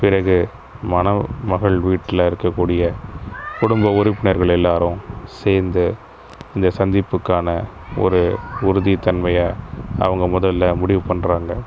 பிறகு மணமகள் வீட்டில் இருக்கக்கூடிய குடும்ப உறுப்பினர்கள் எல்லோரும் சேர்ந்து இந்த சந்திப்புக்கான ஒரு உறுதித் தன்மையை அவங்க முதலில் முடிவு பண்ணுறாங்க